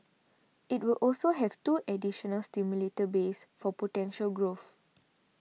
it will also have two additional simulator bays for potential growth